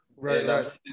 Right